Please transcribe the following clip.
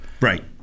Right